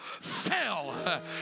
fell